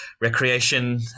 recreation